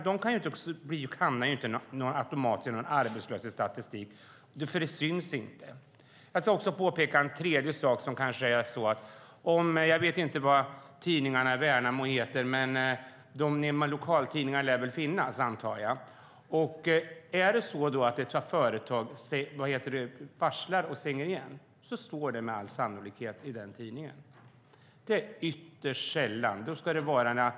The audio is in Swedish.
De hamnar inte automatiskt i någon arbetslöshetsstatistik, för de driver sin konsultfirma. Jag vet inte vad tidningarna i Värnamo heter, men det lär väl finnas lokaltidningar där. Om ett företag varslar och stänger står det med all sannolikhet i tidningen. Det är ytterst sällan nedläggningar i Stockholmsområdet får samma uppmärksamhet.